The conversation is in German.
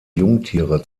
jungtiere